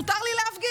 מותר לי להפגיז?